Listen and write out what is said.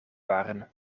waren